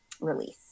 release